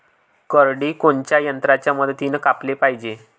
करडी कोनच्या यंत्राच्या मदतीनं कापाले पायजे?